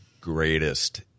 greatest